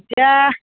এতিয়া